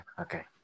okay